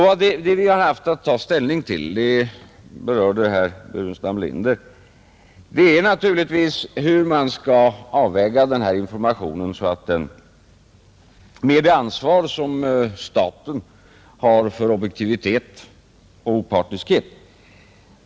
Vad vi haft att ta ställning till är, vilket berördes av herr Burenstam Linder, hur man skall avväga denna information, så att den inte går över gränsen för vad som är förenligt med statens ansvar för objektivitet och opartiskhet.